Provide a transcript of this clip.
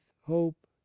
hope